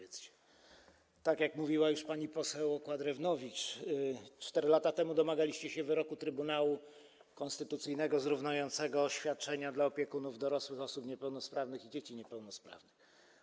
Jak już mówiła pani poseł Okła-Drewnowicz, 4 lata temu domagaliście się wyroku Trybunału Konstytucyjnego zrównującego świadczenia dla opiekunów dorosłych osób niepełnosprawnych i dzieci niepełnosprawnych.